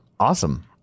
Awesome